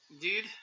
dude